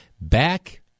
back –